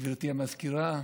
גברתי המזכירה,